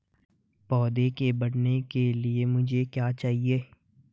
पौधे के बढ़ने के लिए मुझे क्या चाहिए?